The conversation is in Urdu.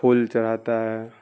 پھول چڑھاتا ہے